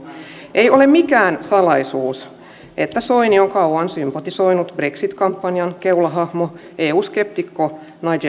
ei ole mikään salaisuus että soini on kauan sympatisoinut brexit kampanjan keulahahmoa eu skeptikko